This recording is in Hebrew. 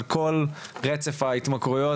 על כל רצף ההתמכרויות,